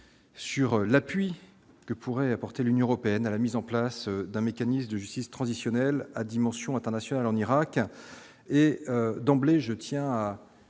sur l'appui que pourrait apporter l'Union européenne à la mise en place d'un mécanisme de justice transitionnelle à dimension internationale en Irak